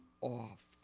off